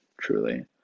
truly